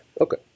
Okay